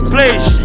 Please